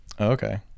okay